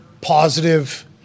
positive